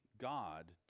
God